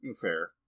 Fair